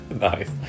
Nice